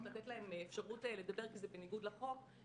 לתת להן אפשרות לדבר כי זה בניגוד לחוק,